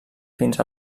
fins